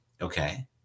okay